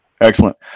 Excellent